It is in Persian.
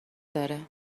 داره